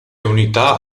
unità